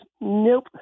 Nope